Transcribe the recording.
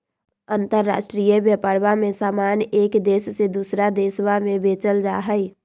अंतराष्ट्रीय व्यापरवा में समान एक देश से दूसरा देशवा में बेचल जाहई